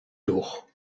tour